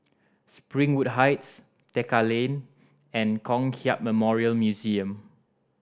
Springwood Heights Tekka Lane and Kong Hiap Memorial Museum